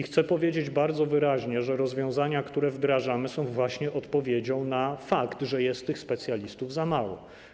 Chcę powiedzieć bardzo wyraźnie, że rozwiązania, które wdrażamy, są właśnie odpowiedzią na fakt, że tych specjalistów jest za mało.